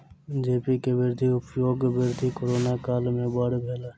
जी pay के उपयोगक वृद्धि कोरोना काल में बड़ भेल